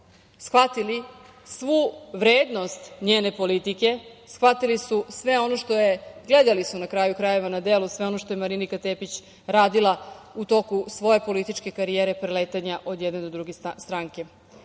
shvatili svu vrednost njene politike, shvatili su sve ono što je, gledali su na kraju krajeva na delu sve ono što je Marinika Tepić radila u toku svoje političke karijere preletanja od jedne do druge stranke. Stoga,